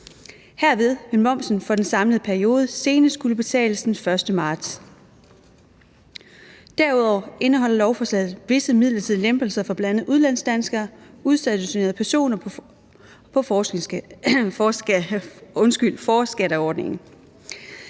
Herved vil momsen for den samlede periode senest skulle betales den 1. marts. Derudover indeholder lovforslaget visse midlertidige lempelser for bl.a. udlandsdanskere, udstationerede og personer på forskerskatteordningen.